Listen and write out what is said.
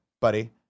buddy